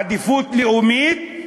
עדיפות לאומית.